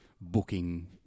booking